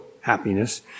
happiness